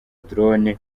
drone